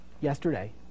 yesterday